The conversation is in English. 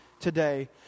today